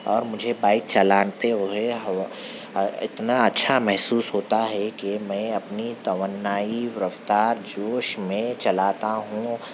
اور مجھے بائیک چلاتے ہوئے اتنا اچھا محسوس ہوتا ہے کہ میں اپنی توانائی رفتار جوش میں چلاتا ہوں